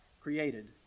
created